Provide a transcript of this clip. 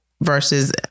versus